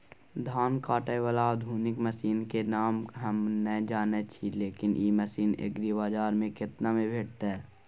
धान काटय बाला आधुनिक मसीन के नाम हम नय जानय छी, लेकिन इ मसीन एग्रीबाजार में केतना में भेटत?